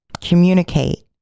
communicate